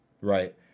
Right